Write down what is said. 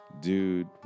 Dude